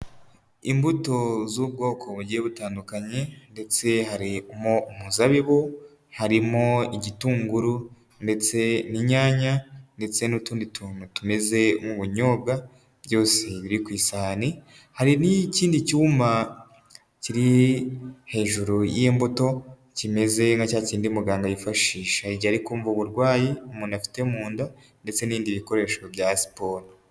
Imbuto z'ubwoko bugiye butandukanye ndetse harimo umuzabibu, harimo igitunguru ndetse n'inyanya ndetse n'utundi tuntu tumeze nk'ubunyobwa, byose biri ku isahani, hari n'ikindi cyuma kiri hejuru y'imbuto kimeze nka cya kindi muganga yifashisha igihe ari kumva uburwayi umuntu afite mu nda ndetse n'ibindi bikoresho bya siporo.